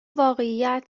واقعیت